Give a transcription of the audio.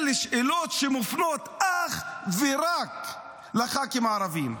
אלו שאלות שמופנות אך ורק לח"כים הערבים.